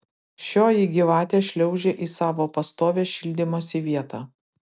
šioji gyvatė šliaužė į savo pastovią šildymosi vietą